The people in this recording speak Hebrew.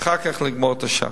ואחר כך לגמור את השאר.